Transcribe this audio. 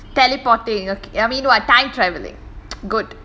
teleporting okay I mean what time traveling good